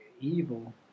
evil